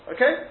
Okay